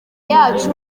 yacu